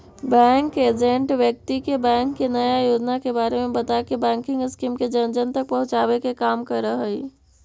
bank agent व्यक्ति के bank के नया योजना के बारे में बताके बैंकिंग स्कीम के जन जन तक पहुंचावे के काम करऽ हइ